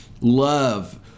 Love